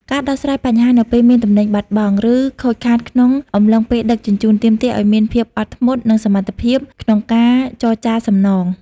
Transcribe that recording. ការដោះស្រាយបញ្ហានៅពេលមានទំនិញបាត់បង់ ឬខូចខាតក្នុងកំឡុងពេលដឹកជញ្ជូន ទាមទារឱ្យមានភាពអត់ធ្មត់ និងសមត្ថភាពក្នុងការចរចាសំណង។